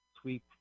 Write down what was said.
sweep